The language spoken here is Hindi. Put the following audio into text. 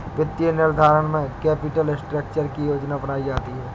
वित्तीय निर्धारण में कैपिटल स्ट्रक्चर की योजना बनायीं जाती है